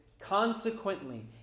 consequently